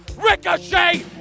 Ricochet